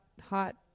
hot